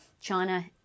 China